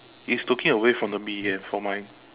he's looking away from the bee leh for mine